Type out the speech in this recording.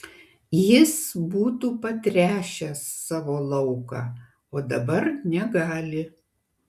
jis būtų patręšęs savo lauką o dabar negali